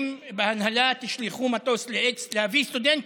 בהנהלה: תשלחו מטוס ל-x להביא סטודנטים,